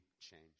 change